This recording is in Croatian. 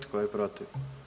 Tko je protiv?